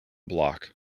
block